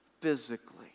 physically